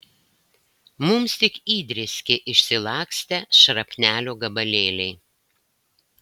mums tik įdrėskė išsilakstę šrapnelio gabalėliai